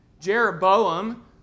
Jeroboam